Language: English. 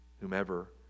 whomever